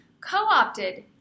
co-opted